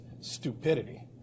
stupidity